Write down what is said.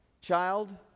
child